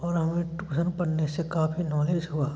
और हमें टूसन पढ़ने से काफी नौलेज हुआ